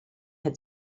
had